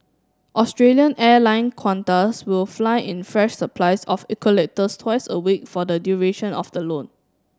Australian airline Qantas will fly in fresh supplies of eucalyptus twice a week for the duration of the loan